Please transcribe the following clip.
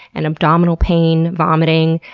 and abdominal pain, vomiting,